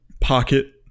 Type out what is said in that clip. pocket